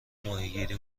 ماهیگیری